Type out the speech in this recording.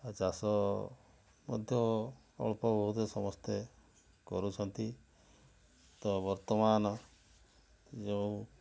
ଚାଷ ମଧ୍ୟ ଅଳ୍ପ ବହୁତ ସମସ୍ତେ କରୁଛନ୍ତି ତ ବର୍ତ୍ତମାନ ଯେଉଁ